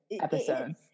episodes